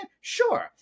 Sure